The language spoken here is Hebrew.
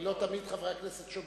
לא תמיד חברי הכנסת שומעים,